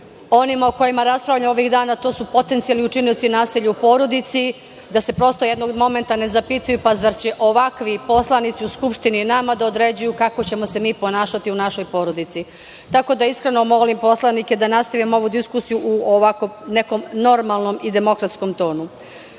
onima o kojima raspravljamo ovih dana, a to su potencijalni učinioci nasilja u porodici, da se prosto jednog momenta ne zapitaju – pa, zar će ovakvi poslanici u Skupštini nama da određuju kako ćemo se mi ponašati u našoj porodici? Tako da, iskreno molim poslanike da nastavimo ovu diskusiju u ovakvom, nekom normalnom i demokratskom tonu. Što